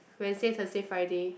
Wednesday Thursday Friday